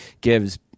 gives